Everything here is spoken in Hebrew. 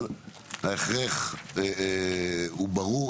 אבל ההכרח הוא ברור.